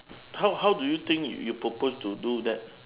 how how do you think you propose to do that